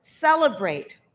celebrate